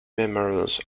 memorials